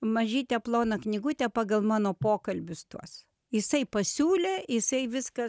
mažytę ploną knygutę pagal mano pokalbius tuos jisai pasiūlė jisai viską